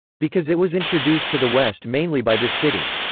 because it was introduced to the west mainly by this city.